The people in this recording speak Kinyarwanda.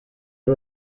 ari